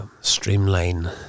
streamline